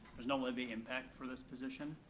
there's no living impact for this position.